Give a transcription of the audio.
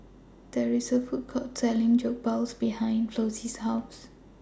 There IS A Food Court Selling Jokbal behind Flossie's House